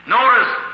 Notice